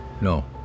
No